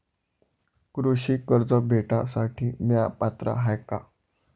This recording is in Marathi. कृषी कर्ज भेटासाठी म्या पात्र हाय का?